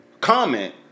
comment